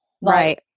Right